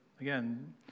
Again